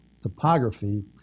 topography